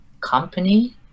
company